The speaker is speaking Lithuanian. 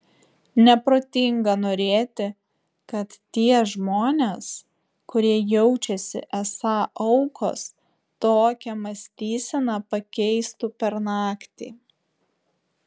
neprotinga norėti kad tie žmonės kurie jaučiasi esą aukos tokią mąstyseną pakeistų per naktį